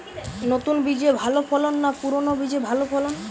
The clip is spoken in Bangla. নতুন বীজে ভালো ফলন না পুরানো বীজে ভালো ফলন?